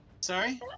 Sorry